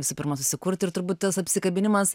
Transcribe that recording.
visų pirma susikurti ir turbūt tas apsikabinimas